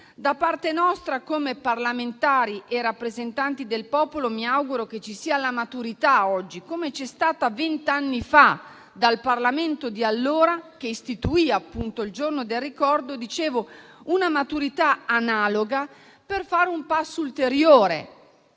Da parte nostra, come parlamentari e rappresentanti del popolo, mi auguro che ci sia oggi la maturità che c'è stata vent'anni fa, da parte del Parlamento di allora, che istituì appunto il Giorno del ricordo. Mi auguro che ci sia una maturità analoga per fare un passo ulteriore